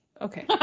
Okay